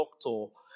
doctor